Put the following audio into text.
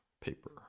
paper